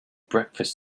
breakfast